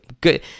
good